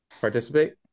participate